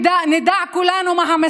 איאד אלחלאק, בן 32. תודה.